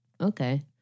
Okay